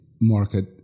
market